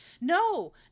No